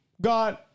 God